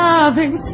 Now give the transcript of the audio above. Loving